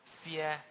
fear